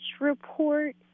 report